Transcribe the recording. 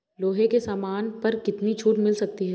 लोहे के सामान पर कितनी छूट मिल सकती है